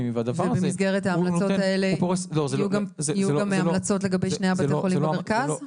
ובמסגרת ההמלצות האלה יהיו גם המלצות לגבי שני בתי החולים במרכז?